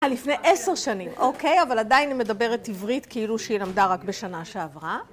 לפני עשר שנים, אוקיי? אבל עדיין היא מדברת עברית כאילו שהיא למדה רק בשנה שעברה.